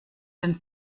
den